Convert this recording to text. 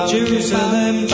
Jerusalem